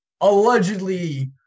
allegedly